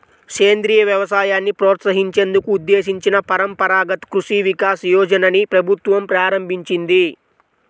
సేంద్రియ వ్యవసాయాన్ని ప్రోత్సహించేందుకు ఉద్దేశించిన పరంపరగత్ కృషి వికాస్ యోజనని ప్రభుత్వం ప్రారంభించింది